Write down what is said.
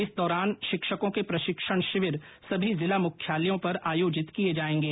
इस दौरान शिक्षको के प्रशिक्षण शिविर सभी जिला मुख्यालयों पर आयोजित किये जायेंगे